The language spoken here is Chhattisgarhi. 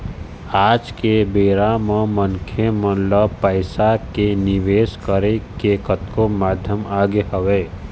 आज के बेरा म मनखे मन ल पइसा के निवेश करे के कतको माध्यम आगे हवय